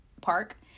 park